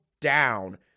down